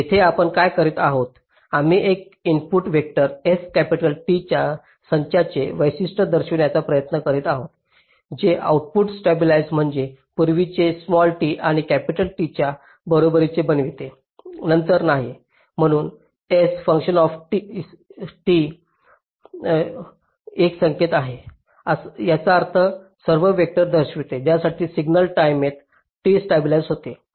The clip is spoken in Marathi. येथे आपण काय करीत आहोत आम्ही सर्व input vector S capital T च्या संचाचे वैशिष्ट्य दर्शविण्याचा प्रयत्न करीत आहोत जे आउटपुटला स्टॅबिलिज्ड म्हणजे पूर्वीचे t किंवा T च्या बरोबरीचे बनविते नंतर नाही म्हणून S एक संकेत आहे याचा अर्थ हे सर्व वेक्टर दर्शविते ज्यासाठी सिग्नल टाईमेत T स्टॅबिलिज्ड होतो